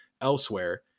elsewhere